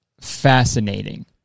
fascinating